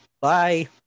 Bye